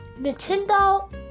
Nintendo